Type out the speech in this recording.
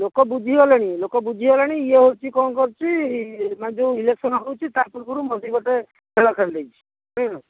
ଲୋକ ବୁଝି ଗଲେଣି ଲୋକ ବୁଝି ଗଲେଣି ଇଏ ହେଉଛି କ'ଣ କରୁଛି ମାନେ ଯୋଉ ଇଲେକ୍ସନ୍ ହେଉଛି ତା ପୂର୍ବରୁ ମଝିରେ ଗୋଟେ ଖେଳ ଖେଳି ଦେଇଛି ବୁଝିଲ